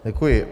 Děkuji.